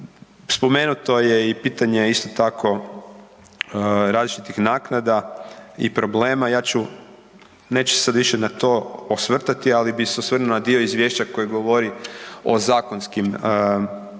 Spomenuto je i pitanje isto tako različitih naknada i problema, neću se sada više na to osvrtati, ali bih se osvrnuo na dio izvješća koji govori o zakonskim problemima